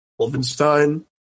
Wolfenstein